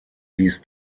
dies